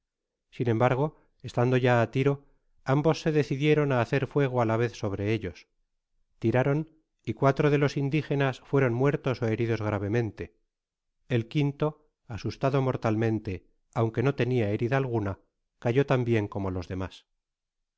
sin embargo estando ya á tiro ambos se decidieron á hacer fuego á la vez sobre ellos tiraron y cuatro de los indigenas fueron muertos ó heridos gravemente el quinto asustado mortalmente aunque no tenia herida alguna cayó tambien como los demas